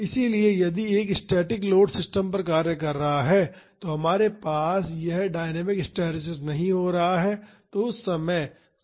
इसलिए यदि एक स्टैटिक लोड सिस्टम पर कार्य कर रहा है तो हमारे पास यह डायनामिक हिस्टैरिसीस नहीं हो रहा है